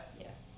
Yes